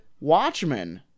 Watchmen